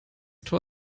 tor